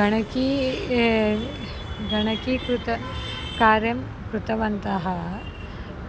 गणकी गणकीकृतकार्यं कृतवन्तः